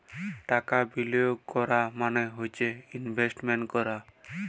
টাকা বিলিয়গ ক্যরা মালে হ্যয় ইলভেস্টমেল্ট ক্যরা